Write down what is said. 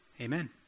Amen